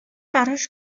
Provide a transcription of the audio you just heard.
براش